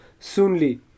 soonly